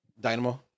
Dynamo